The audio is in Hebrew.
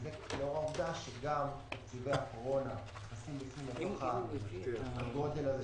וזה לאור העובדה שגם תקציבי הקורונה נכנסים לתוך התקציב הזה